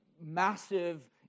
massive